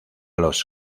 los